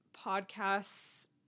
podcasts